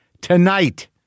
Tonight